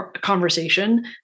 conversation